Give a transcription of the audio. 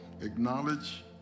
acknowledge